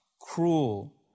cruel